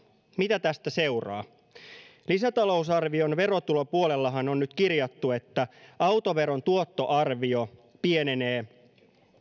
mitä tästä seuraa lisätalousarvion verotulopuolellahan on nyt kirjattu että autoveron tuottoarvio pienenee